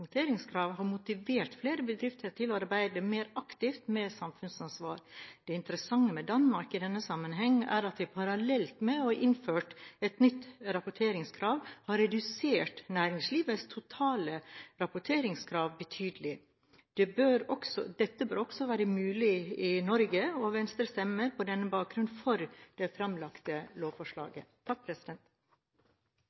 har motivert flere bedrifter til å arbeide mer aktivt med samfunnsansvar. Det interessante med Danmark i denne sammenheng er at de parallelt med å ha innført et nytt rapporteringskrav har redusert næringslivets totale rapporteringskrav betydelig. Dette bør også være mulig i Norge. Venstre stemmer på denne bakgrunn for det